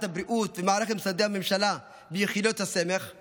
הבריאות ומערכת משרדי הממשלה ויחידות הסמך";